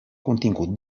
contingut